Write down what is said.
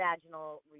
vaginal